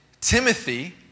Timothy